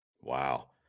Wow